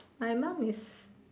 my mom is